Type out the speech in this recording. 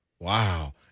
Wow